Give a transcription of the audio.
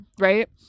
right